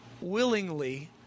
willingly